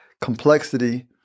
complexity